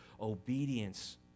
obedience